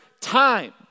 time